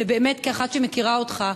ובאמת כאחת שמכירה אותך,